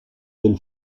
del